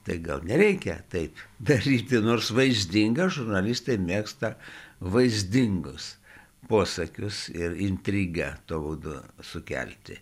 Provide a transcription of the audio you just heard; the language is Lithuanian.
tai gal nereikia taip daryti nors vaizdinga žurnalistai mėgsta vaizdingus posakius ir intrigą tuo būdu sukelti